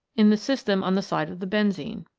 in the system on the side of the benzene.